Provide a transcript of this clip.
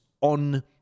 on